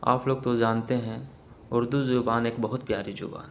آپ لوگ تو جانتے ہیں اردو زبان ایک بہت پیاری زبان ہے